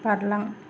बारलां